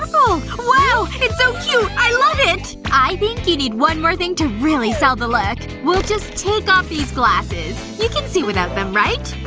wow! it's so cute! i love it! i think you need one more thing to really sell the look we'll just take off these glasses. you can see without them, right?